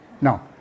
No